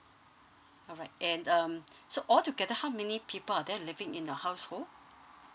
alright and um so altogether how many people are there living in a household